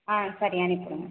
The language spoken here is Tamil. ஆ சரி அனுப்பிவிட்றோம்